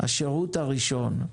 השירות הראשון,